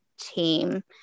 team